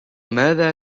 ماذا